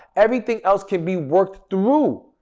everything else can be worked through,